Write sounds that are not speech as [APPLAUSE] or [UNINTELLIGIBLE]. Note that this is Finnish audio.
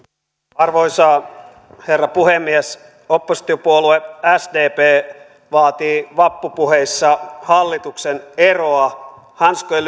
arvoisa herra puhemies oppositiopuolue sdp vaatii vappupuheissa hallituksen eroa hanskojen [UNINTELLIGIBLE]